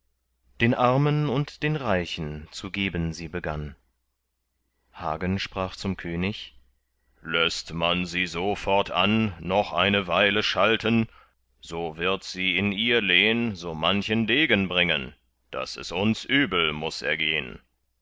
den armen und den reichen zu geben sie begann hagen sprach zum könig läßt man sie so fortan noch eine weile schalten so wird sie in ihr lehn so manchen degen bringen daß es uns übel muß ergehn